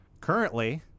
currently